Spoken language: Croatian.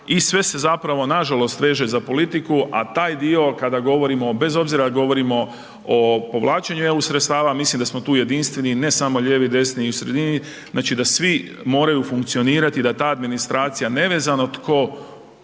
I sve se nažalost veže za politiku. A taj dio kada govorimo, bez obzira ako govorimo o povlačenju eu sredstava mislim da smo tu jedinstveni, ne smo lijevi, desni i u sredini, znači da svi moraju funkcionirati da ta administracija nevezano tko